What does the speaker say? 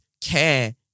care